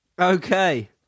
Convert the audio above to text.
Okay